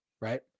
right